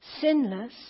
sinless